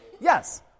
Yes